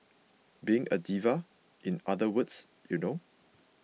being a diva in other words you know